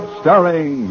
starring